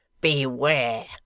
Beware